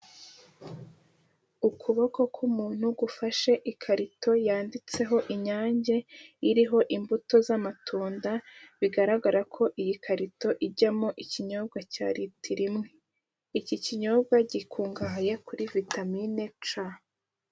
Ukuboko k'umuntu gufashe ikarito yanditseho inyange iriho imbuto z'amatunda bigaragara ko iyi karito ijyamo ikinyobwa cya ritiro imwe, iki kinyobwa gikungahaye kuri vitamine ca.